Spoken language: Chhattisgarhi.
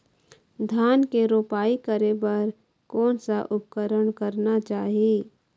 धान के रोपाई करे बर कोन सा उपकरण करना चाही?